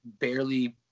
barely